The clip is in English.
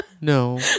No